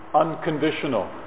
unconditional